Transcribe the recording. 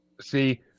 See